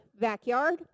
backyard